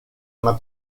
una